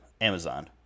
Amazon